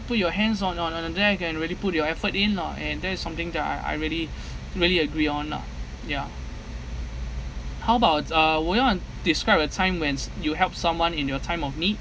put your hands on on a drag and really put your effort in lah and that is something that I I really really agree on lah ya how about uh describe a time when t~ you help someone in your time of need